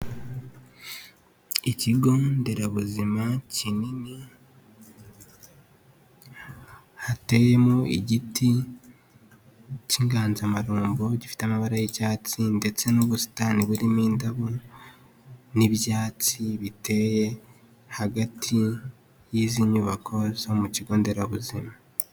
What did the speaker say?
Ikigo nderabuzima kinini, hateyemo igiti cy'inganzamarumbo gifite amabara y'icyatsi ndetse n'ubusitani burimo indabo, n'ibyatsi biteye hagati y'izi nyubako zo mu kigo nderabuzima.